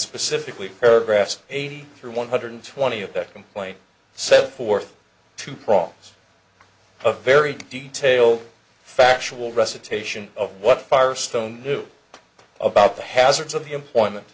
specifically paragraphs eighty three one hundred twenty of that complaint set forth two prongs a very detailed factual recitation of what firestone knew about the hazards of employment